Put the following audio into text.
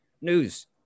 News